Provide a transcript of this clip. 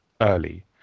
early